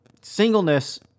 singleness